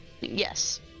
Yes